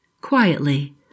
quietly